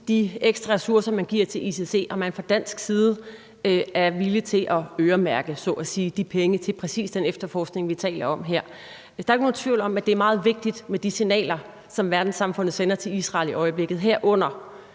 de ekstra ressourcer, man giver til ICC, fra dansk side er villig til at øremærke, så at sige, de penge til præcis den efterforskning, vi taler om her. Der er jo ikke nogen tvivl om, at det er meget vigtigt med de signaler, som verdenssamfundet sender til Israel i øjeblikket, herunder